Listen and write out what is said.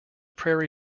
prairie